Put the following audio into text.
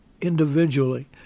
individually